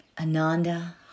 Ananda